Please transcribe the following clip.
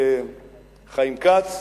חיים כץ,